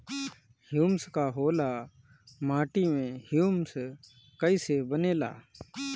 Humus का होला माटी मे ह्यूमस कइसे बनेला?